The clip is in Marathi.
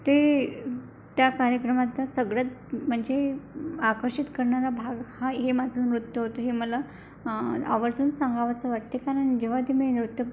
ते त्या कार्यक्रमचा सगळ्यात म्हणजे आकर्षित करणारा भाग हा हे माझं नृत्य होतं हे मला आवर्जून सांगायचं वाटते कारण जेव्हा ते मी नृत्य